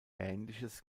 ähnliches